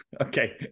Okay